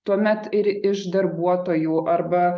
tuomet ir iš darbuotojų arba